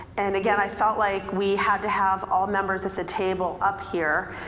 and, again, i felt like we had to have all members of the table up here.